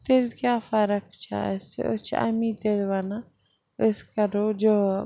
تیٚلہِ کیٛاہ فرق چھےٚ اَسہِ أسۍ چھِ اَمی تیٚلہِ وَنان أسۍ کَرو جاب